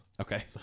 Okay